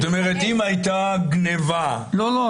זאת אומרת, אם הייתה גניבה --- לא, לא.